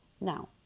Now